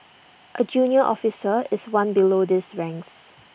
A junior officer is one below these ranks